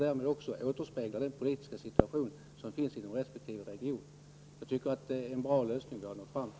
Därmed återspeglar den också den politiska situation som föreligger inom resp. region. Jag tycker att vi har nått fram till en bra lösning.